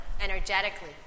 Energetically